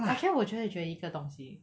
actually 我觉得我学了一个东西